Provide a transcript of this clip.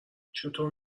چطور